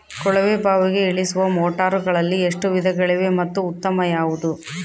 ಕೊಳವೆ ಬಾವಿಗೆ ಇಳಿಸುವ ಮೋಟಾರುಗಳಲ್ಲಿ ಎಷ್ಟು ವಿಧಗಳಿವೆ ಮತ್ತು ಉತ್ತಮ ಯಾವುದು?